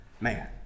man